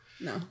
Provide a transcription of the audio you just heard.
No